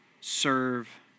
serve